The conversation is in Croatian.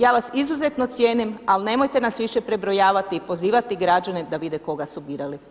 Ja vas izuzetno cijenim ali nemojte nas više prebrojavati i pozivati građane da vide koga su birali.